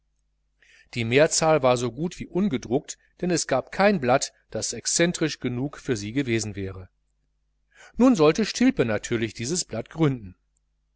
die mehrzahl war so gut wie ungedruckt denn es gab kein blatt das excentrisch genug für sie gewesen wäre nun sollte stilpe natürlich dieses blatt gründen